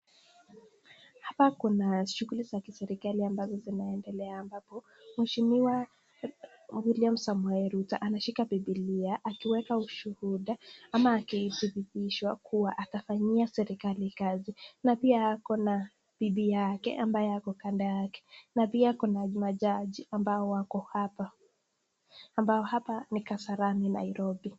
Hapa kuna shughuli za kiserikali ambazo zinaedelea, ambapo mheshimiqa Wiliam Samoei Ruto ameshika bibilia akiwela ushuhuda, ama akidhibitisha luwa atafanyia serikali kazi, na pia akonna bibi yake ambaye ako kando yake, na pia kuna majaji ambao wako hapa, ambao hapa ni Kasarani Nairobi.